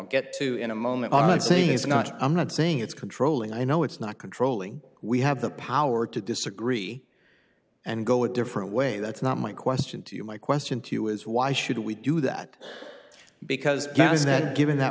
get to in a moment i'm not saying it's not i'm not saying it's controlling i know it's not controlling we have the power to disagree and go a different way that's not my question to you my question to you is why should we do that because that was then given that